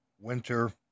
winter